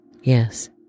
Yes